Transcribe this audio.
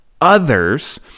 others